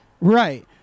Right